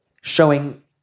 showing